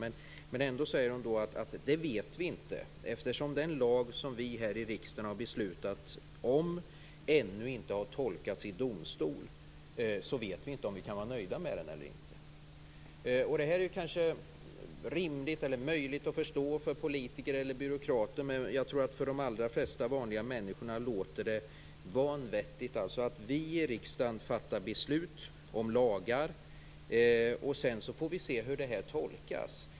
Men ändå säger hon att eftersom den lag som vi här i riksdagen har fattat beslut om ännu inte har tolkats i domstol vet vi inte om vi kan vara nöjda med den eller inte. Detta är kanske rimligt eller möjligt för politiker eller byråkrater att förstå. Men jag tror att det för de allra flesta vanliga människor låter vanvettigt att vi i riksdagen fattar beslut om lagar och att vi sedan får se hur de tolkas.